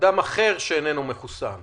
אדם אחר שאיננו מחוסן.